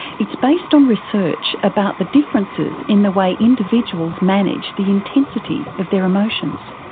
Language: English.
it's based on research about the differences in the way individuals manage the intensity of their emotions.